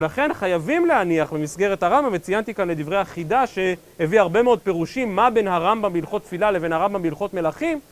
ולכן חייבים להניח במסגרת הרמב״ם, וציינתי כאן לדברי החידה שהביא הרבה מאוד פירושים מה בין הרמב״ם מלכות תפילה לבין הרמב״ם מלכות מלאכים.